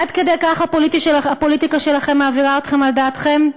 עד כדי כך הפוליטיקה שלכם מעבירה אתכם על דעתכם?